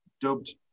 dubbed